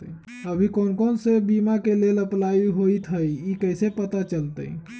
अभी कौन कौन बीमा के लेल अपलाइ होईत हई ई कईसे पता चलतई?